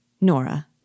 Nora